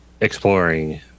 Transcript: exploring